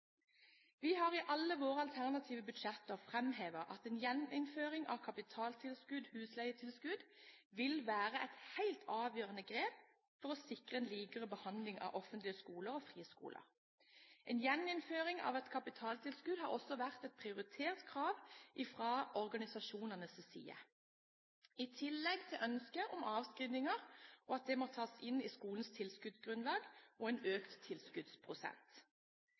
Vi har i alle våre alternative budsjetter framhevet at en gjeninnføring av kapitaltilskudd, husleietilskudd, vil være et helt avgjørende grep for å sikre en likere behandling av offentlige skoler og friskoler. En gjeninnføring av kapitaltilskudd har også vært et prioritert krav fra organisasjonenes side, i tillegg til ønsket om at avskrivninger må tas inn i skolenes tilskuddsgrunnlag og økt tilskuddsprosent.